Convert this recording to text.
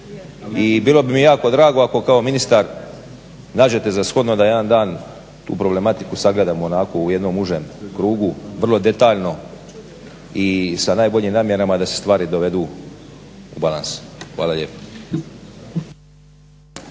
I bilo bi mi jako drago ako kao ministar nađete za shodno da jedan dan tu problematiku sagledamo onako u jednom užem krugu vrlo detaljno i sa najboljim namjerama da se stvari dovedu u balans. Hvala lijepa.